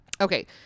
Okay